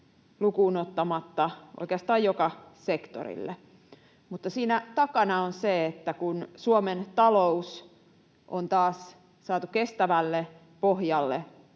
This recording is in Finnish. lukuun ottamatta oikeastaan joka sektorille. Mutta siinä takana on se, että kun Suomen talous on taas saatu kestävälle pohjalle,